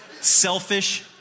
selfish